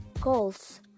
goals